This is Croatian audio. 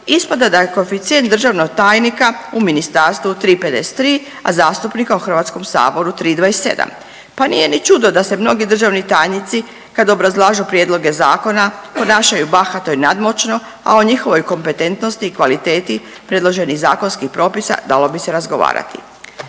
ispada da je koeficijent državnog tajnika u ministarstvu 3.53, a zastupnika u HS 3.27, pa nije ni čudo da se mnogi državni tajnici kad obrazlažu prijedloge zakona ponašaju bahato i nadmoćno, a o njihovoj kompetentnosti i kvaliteti predloženih zakonskih propisa dalo bi se razgovarati.